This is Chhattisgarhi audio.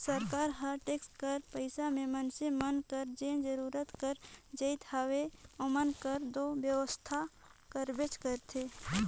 सरकार हर टेक्स कर पइसा में मइनसे मन कर जेन जरूरत कर जाएत हवे ओमन कर दो बेवसथा करबेच करथे